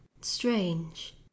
strange